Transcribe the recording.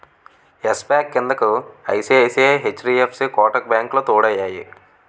yes Bank క్రిందకు ICICI, HDFC Kotak బ్యాంకులు తోడయ్యాయి